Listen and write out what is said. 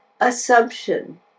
assumption